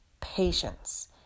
patience